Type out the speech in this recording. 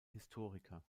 historiker